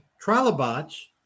trilobites